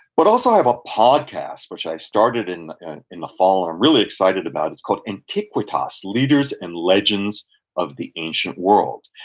but also i have a podcast, which i started in in the fall, and i'm really excited about. it's called antiquitas leaders and legends of the ancient world,